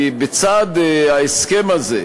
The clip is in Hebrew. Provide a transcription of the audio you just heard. כי בצד ההסכם הזה,